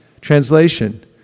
Translation